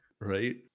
Right